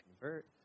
convert